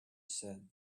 said